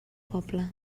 poble